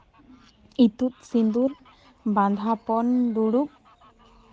ᱤᱛᱩᱫ ᱥᱤᱸᱫᱩᱨ ᱵᱟᱸᱫᱷᱟᱯᱚᱱ ᱫᱩᱲᱩᱵ